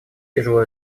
тяжело